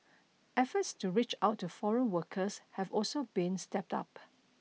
efforts to reach out to foreign workers have also been stepped up